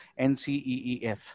NCEEF